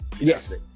Yes